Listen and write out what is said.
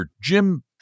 Jim